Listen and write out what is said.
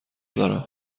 دارم